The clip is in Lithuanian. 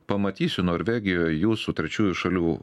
pamatysiu norvegijoj jūsų trečiųjų šalių